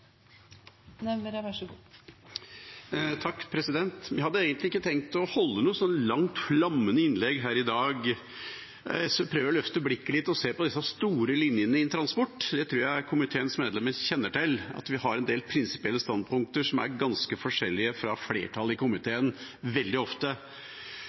hadde egentlig ikke tenkt å holde noe langt, flammende innlegg her i dag. SV prøver å løfte blikket og se på de store linjene innen transport. Det tror jeg komiteens medlemmer kjenner til, at vi har en del prinsipielle standpunkt som er ganske forskjellig fra flertallet i komiteen, veldig ofte.